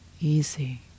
Easy